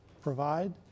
provide